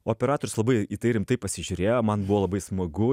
operatorius labai į tai rimtai pasižiūrėjo man buvo labai smagu